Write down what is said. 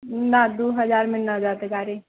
ना दू हजारमे ना जायत गाड़ी